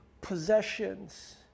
possessions